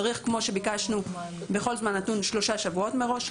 צריך, כפי שביקשנו, שלושה שבועות מראש.